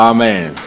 Amen